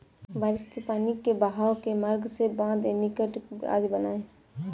बारिश के पानी के बहाव के मार्ग में बाँध, एनीकट आदि बनाए